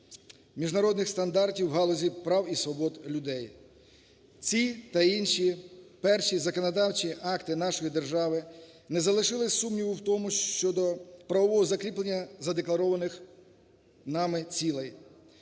міжнародних стандартів в галузі прав і свобод людей. Ці та інші перші законодавчі акти нашої держави не залишили сумніву в тому щодо правового закріплення задекларованих нами цілей.